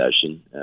session